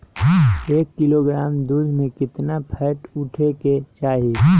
एक किलोग्राम दूध में केतना फैट उठे के चाही?